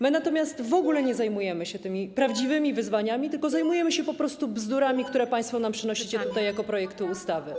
My natomiast w ogóle nie zajmujemy się tymi prawdziwymi wyzwaniami, tylko zajmujemy się po prostu bzdurami, które państwo nam przynosicie tutaj jako projekty ustaw.